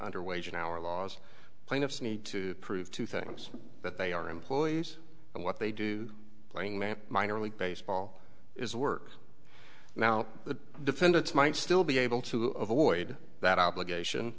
under wage an hour laws plaintiffs need to prove to things that they are employees and what they do playing man minor league baseball is work now the defendants might still be able to avoid that obligation